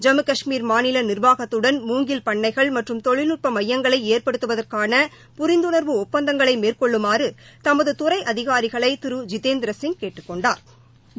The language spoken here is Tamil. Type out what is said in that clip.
ஜம்மு காஷ்மீர் மாநில நிர்வாகத்துடன் மூங்கில் பண்ணைகள் மற்றும் தொழில்நுட்ப மையங்களை ஏற்படுத்துவதற்கான புரிந்துணா்வு ஒப்பந்தங்களை மேற்கொள்ளுமாறு தமது துறை அதிகாரிகளை திரு ஜிதேந்திரசிங் கேட்டுக் கொண்டாா்